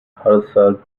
herself